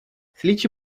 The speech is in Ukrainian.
слідчі